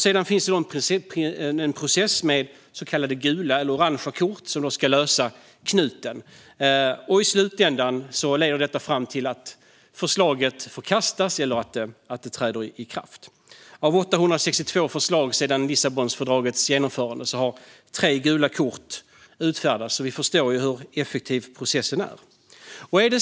Sedan finns det en process med så kallade gula eller orange kort, som ska lösa knuten. I slutändan leder detta fram till att förslaget förkastas eller träder i kraft. Av 862 förslag sedan Lissabonfördragets genomförande har tre gula kort utfärdats, så vi förstår ju hur effektiv processen är.